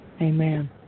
Amen